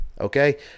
okay